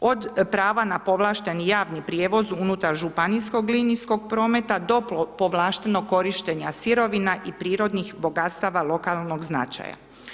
od prava na povlašten javni prijevoz unutar županijskog linijskog prometa do povlaštenog korištenja sirovina i prirodnih bogatstava lokalnog značaja.